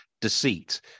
Deceit